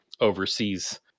overseas